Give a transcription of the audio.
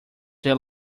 their